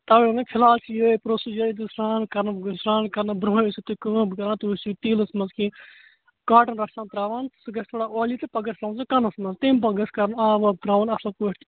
تَوَے ووٚنمَے فِلحال چھُ یوٚہے پرٛوسیٖجر زِ سرٛان کَرنہٕ سرٛان کَرنہٕ برٛونٛہٕے ٲسِو تُہۍ کٲم کَران تُہۍ ٲسِو تیٖلَس منٛز کیٚنٛہہ کاٹَن رَژھ کھَنٛڈ ترٛاوان سُہ گَژھِ تھوڑا اویٚلی تہٕ پَتہٕ گَژھِ تھاوُن سُہ کَنَس منٛز تَمہِ پَتہٕ گَژھِ کَرُن آب واب ترٛاوُن اَصٕل پٲٹھۍ